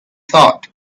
thought